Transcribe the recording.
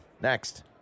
Next